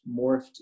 morphed